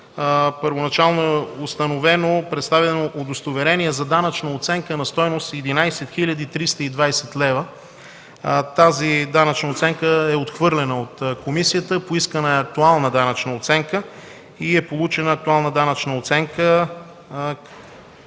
първоначално е установено представено удостоверение за данъчна оценка на стойност 11 хил. 320 лв. Тази данъчна оценка е отхвърлена от комисията. Поискана е актуална данъчна оценка и е получена такава от